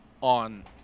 on